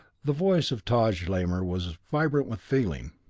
the voice of taj lamor was vibrant with feeling